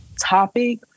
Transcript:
topic